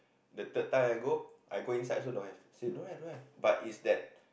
the third time I go I go inside also don't have say don't have don't have but is that